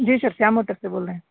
जी sir Shyam motor से बोल रहे हैं